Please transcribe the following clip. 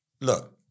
look